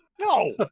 No